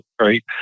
right